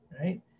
right